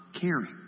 caring